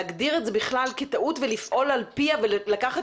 להגדיר את זה בכלל כטעות ולפעול על פיה ולקחת